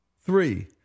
Three